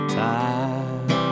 time